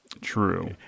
True